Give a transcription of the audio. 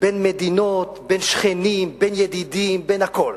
בין מדינות, בין שכנים, בין ידידים, בין הכול.